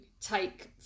take